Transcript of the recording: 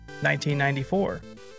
1994